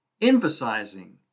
emphasizing